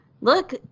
look